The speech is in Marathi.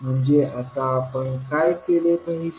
म्हणजे आता आपण काय केले पाहिजे